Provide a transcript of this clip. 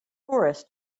tourists